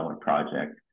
project